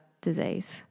disease